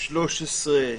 לפני הממשלה.